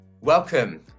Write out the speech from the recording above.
Welcome